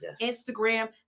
Instagram